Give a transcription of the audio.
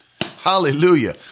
hallelujah